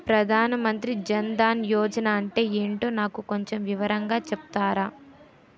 ప్రధాన్ మంత్రి జన్ దన్ యోజన అంటే ఏంటో నాకు కొంచెం వివరంగా చెపుతారా?